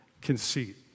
conceit